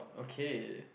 okay